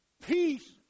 Peace